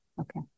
Okay